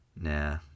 Nah